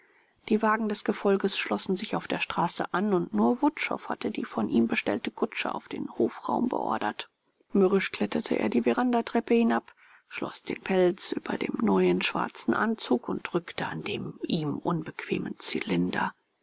die wagen des gefolges schlossen sich auf der straße an und nur wutschow hatte die von ihm bestellte kutsche auf den hofraum beordert mürrisch kletterte er die verandatreppe hinab schloß den pelz über dem neuen schwarzen anzug und rückte an dem ihm unbequemen zylinder